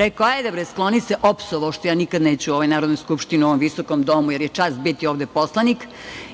rekao – hajde, bre, skloni se i opsovao, što ja nikada neću u ovoj Narodnoj skupštini, u ovom visokom domu, jer je čast biti ovde poslanik.